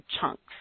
chunks